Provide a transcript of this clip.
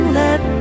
let